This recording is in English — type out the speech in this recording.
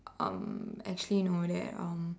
um actually know that um